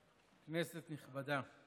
כנסת נכבדה,